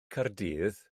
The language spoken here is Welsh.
caerdydd